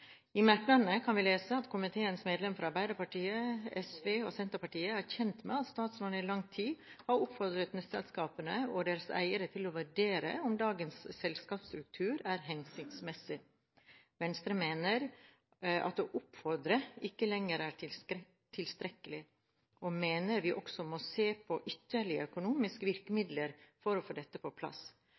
I merknadene kan vi lese at komiteens medlemmer fra Arbeiderpartiet, SV og Senterpartiet er kjent med at statsråden i lang tid har oppfordret nettselskapene og deres eiere til å vurdere om dagens selskapsstruktur er hensiktsmessig. Venstre mener at å oppfordre ikke lenger er tilstrekkelig, og mener vi også må se på forskjellige økonomiske virkemidler for å få dette på plass.